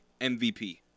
MVP